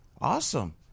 Awesome